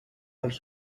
dels